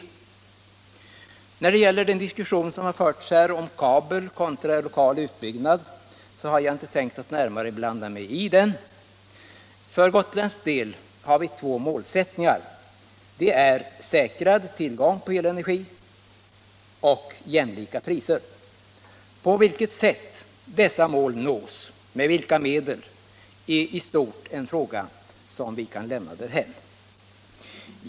Sedan har jag inte tänkt blanda mig i den diskussion som här förts om kabel kontra lokal utbyggnad. På Gotland har vi för vår del två målsättningar: säkrad tillgång på elenergi och jämlika priser. På vilket sätt som dessa mål uppnås och med vilka medel det sker är i stort sett en fråga som vi kan lämna därhän.